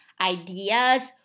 ideas